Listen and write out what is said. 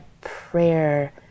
prayer